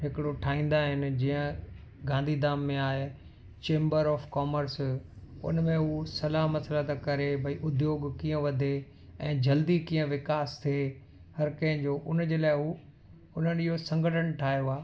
हिकिड़ो ठाहींदा आहिनि जीअं गांधीधाम में आहे चैंबर ऑफ कॉमर्स उन में उहो सलाहु मशरत करे भई उद्योग कीअं वधे ऐं जल्दी कीअं विकास थिए हर कंहिंजो उन जे लाइ उहो उन्हनि इहो संगठन ठाहियो आहे